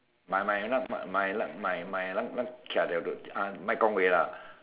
my my you know my like my my hokkien